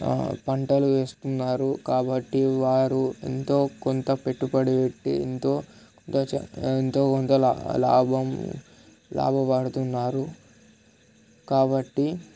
పంటలు వేస్తున్నారు కాబట్టి వారు ఎంతో కొంత పెట్టుబడి పెట్టి ఎంతో కొంత ఎంతో కొంత లాభం లాభపడుతున్నారు కాబట్టి